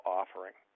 offering